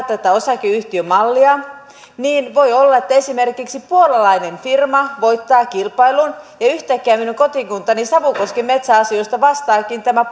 tätä osakeyhtiömallia niin voi olla että esimerkiksi puolalainen firma voittaa kilpailun ja yhtäkkiä minun kotikuntani savukosken metsäasioista vastaakin tämä